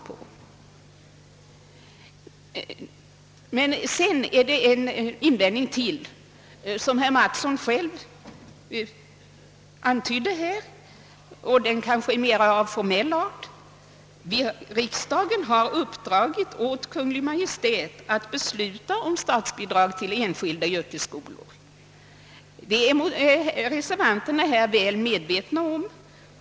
Dessutom kan man framföra en annan invändning, som herr Mattsson själv antydde och som är av mera formell art, nämligen att riksdagen har uppdragit åt Kungl. Maj:t att besluta om statsbidrag till enskilda yrkesskolor. Reservanterna är väl medvetna därom.